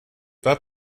pas